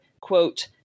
quote